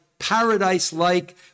paradise-like